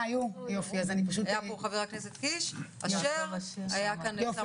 היו פה חברי הכנסת קיש, אשר, סעדי.